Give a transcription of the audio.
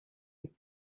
had